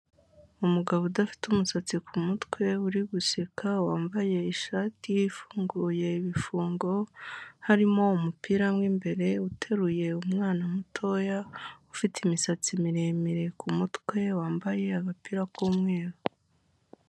Umugabo udafite umusatsi kumutwe uri guseka wambaye ishati ifunguye ibifungo, harimo umupira w'imbere uteruye umwana mutoya ufite imisatsi miremire kumutwe wambaye agapira k'umweru.